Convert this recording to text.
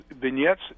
vignettes